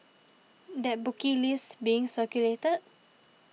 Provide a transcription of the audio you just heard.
that bookie list being circulated